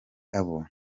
abo